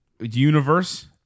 universe